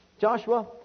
Joshua